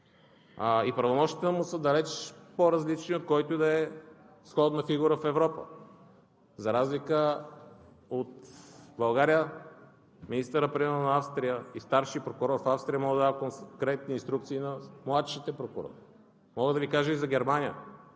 Правомощията му са далеч по-различни, от която и да е сходна фигура в Европа. За разлика от България, министърът например на Австрия и старшият прокурор в Австрия могат да дават конкретни инструкции на младшите прокурори. Мога да Ви кажа и за Германия.